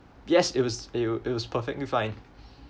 yes it was it wa~ it was perfectly fine